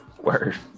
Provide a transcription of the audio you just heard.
Word